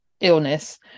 illness